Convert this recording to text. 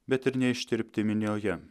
bet ir neištirpti minioje